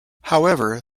however